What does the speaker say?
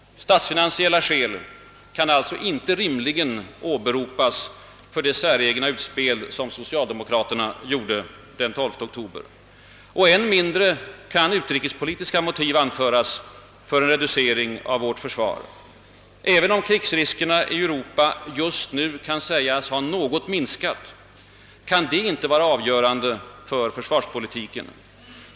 Statsfinansiella skäl kan alltså inte rimligen åberopas för det säregna utspel socialdemokraterna gjorde den 12 oktober. Än mindre kan utrikespolitiska motiv anföras för en reducering av vårt försvar. Även om krigsriskerna i Europa just nu kan sägas ha minskat något, kan det inte vara avgörande för vår försvarspolitik.